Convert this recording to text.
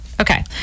Okay